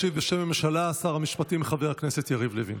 ישיב, בשם הממשלה, שר המשפטים יריב לוין.